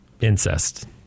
Incest